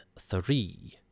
three